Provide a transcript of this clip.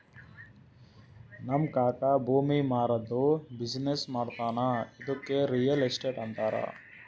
ನಮ್ ಕಾಕಾ ಭೂಮಿ ಮಾರಾದ್ದು ಬಿಸಿನ್ನೆಸ್ ಮಾಡ್ತಾನ ಇದ್ದುಕೆ ರಿಯಲ್ ಎಸ್ಟೇಟ್ ಅಂತಾರ